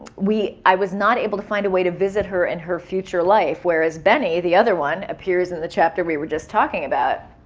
i was not able to find a way to visit her in her future life, whereas bennie, the other one, appears in the chapter we were just talking about.